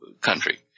country